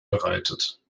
bereitet